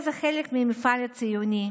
היה זה חלק מהמפעל הציוני,